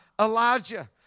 Elijah